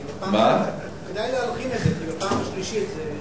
כי בפעם השלישית זה,